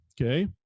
okay